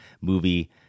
movie